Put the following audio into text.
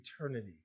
eternity